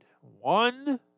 One